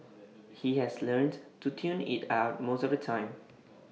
he has learnt to tune IT out most of the time